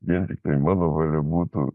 vien tiktai mano valia būtų